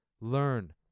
Learn